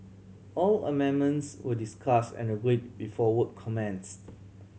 all amendments were discuss and agreed before work commenced